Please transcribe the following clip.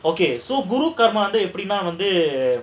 okay so குரு கர்மா வந்து எப்படின்னா வந்து:guru karma vandhu epdinaa vandhu